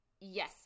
Yes